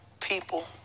people